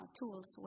tools